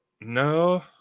No